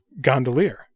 gondolier